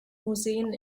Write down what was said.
museen